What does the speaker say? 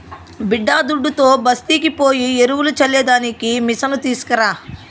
బిడ్డాదుడ్డుతో బస్తీకి పోయి ఎరువులు చల్లే దానికి మిసను తీస్కరా